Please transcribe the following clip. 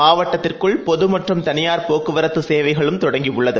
மாவட்டத்திற்குள்பொதுமற்றும்தனியார்போக்குவரத்துசேவைகளும்தொடங்கி யுள்ளது